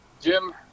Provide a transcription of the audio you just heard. Jim